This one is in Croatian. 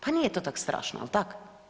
Pa nije to tako strašno, jel tak?